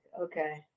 okay